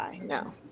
no